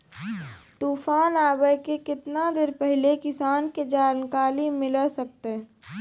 तूफान आबय के केतना देर पहिले किसान के जानकारी मिले सकते?